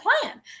plan